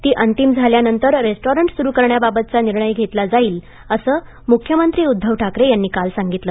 ती अंतिम झाल्यानंतर रेस्टॉरंट सुरु करण्याबाबतचा निर्णय घेतला जाईल असं मुख्यमंत्री उद्धव ठाकरे यांनी काल सांगितलं